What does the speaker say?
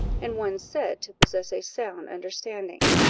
and one said to possess a sound understanding.